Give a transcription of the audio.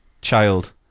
child